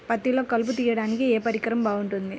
పత్తిలో కలుపు తీయడానికి ఏ పరికరం బాగుంటుంది?